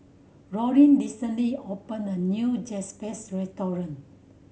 Dorene recently opened a new Japchae Restaurant